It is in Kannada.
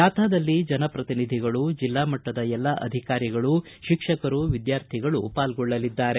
ಜಾಥಾದಲ್ಲಿ ಜನಪ್ರತಿನಿಧಿಗಳು ಜಿಲ್ಲಾ ಮಟ್ಟದ ಎಲ್ಲ ಆಧಿಕಾರಿಗಳು ಶಿಕ್ಷಕರು ವಿದ್ಯಾರ್ಥಿಗಳು ಪಾಲ್ಗೊಳ್ಳಲಿದ್ದಾರೆ